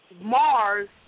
Mars